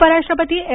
उपराष्ट्रपती एम